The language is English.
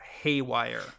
haywire